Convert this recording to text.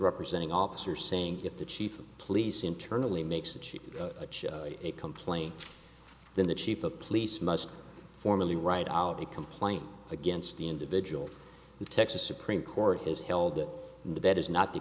representing officer saying if the chief of police internally makes a cheap complaint then the chief of police must formally write out a complaint against the individual the texas supreme court has held that that is not the